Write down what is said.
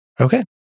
Okay